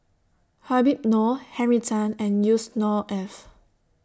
Habib Noh Henry Tan and Yusnor Ef